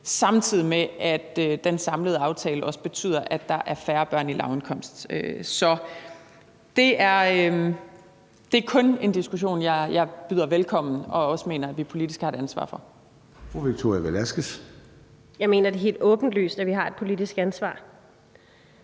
samtidig med at den samlede aftale også betyder, at der er færre børn i lavindkomstgruppen. Så det er kun en diskussion, jeg byder velkommen og også mener at vi politisk har et ansvar for